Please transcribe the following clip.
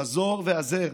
חזור והזהר,